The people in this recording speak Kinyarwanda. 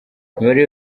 imibare